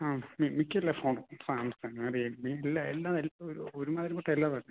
ആ മിക്ക എല്ലാ ഫോണും സാംസങ് റെഡ്മി എല്ലാ എല്ലാ എല്ലാ ഒരു ഒരുമാതിരിപ്പെട്ട എല്ലാം തന്നെ